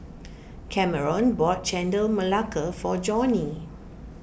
Kameron bought Chendol Melaka for Johnie